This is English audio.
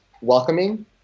welcoming